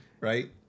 right